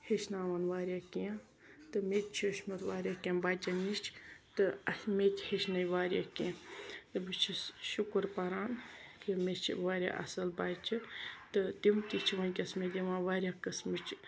ہیٚچھناوان واریاہ کیٚنٛہہ تہٕ مےٚ تہِ چھُ ہیٚچھمُت واریاہ کیٚنٛہہ بَچن نِش تہٕ مےٚ تہِ ہیچھنٲے واریاہ کیٚنٛہہ تہٕ بہٕ چھس شُکر پَران کہِ مےٚ چھِ واریاہ اصل بَچہِ تہٕ تِم تہِ چھِ وٕنکٮ۪س واریاہ قٕسمٕچ